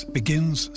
begins